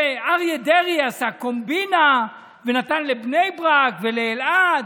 שאריה דרעי עשה קומבינה ונתן לבני ברק ולאלעד.